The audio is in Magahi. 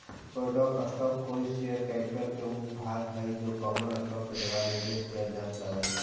प्रेफर्ड स्टॉक कोई शेयर कैपिटल के ऊ भाग हइ जे कॉमन स्टॉक के द्वारा निर्देशित न कैल जा हइ